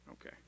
Okay